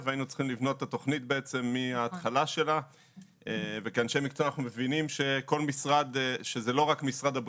אבל אנחנו רוצים להבין מה כרגע בין המשרדים על